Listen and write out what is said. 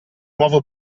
nuovo